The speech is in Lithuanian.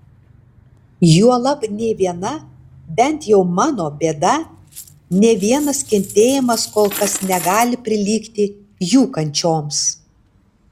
juolab nė viena bent jau mano bėda nė vienas kentėjimas kol kas negali prilygti jų kančioms